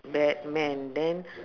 batman then